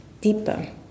deeper